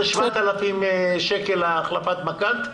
כל מוצר זה 7,000 שקל להחלפת מק"ט?